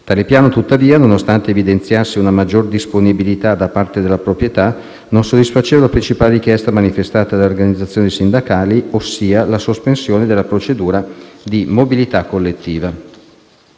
Tale piano, tuttavia, nonostante evidenziasse una maggiore disponibilità da parte della proprietà, non soddisfaceva la principale richiesta manifestata dalle organizzazioni sindacali, ossia la sospensione della procedura di mobilità collettiva.